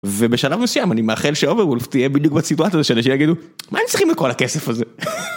ובשלב מסוים אני מאחל ש-overwolf תהיה בדיוק בסיטואציה של אנשים יגידו: מה הם צריכים את כל הכסף הזה.